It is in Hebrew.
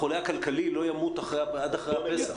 החולה הכלכלי לא ימות עד אחרי הפסח?